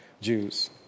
Jews